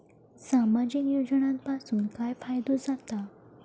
सामाजिक योजनांपासून काय फायदो जाता?